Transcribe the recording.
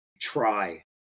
try